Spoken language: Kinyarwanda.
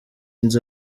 nzu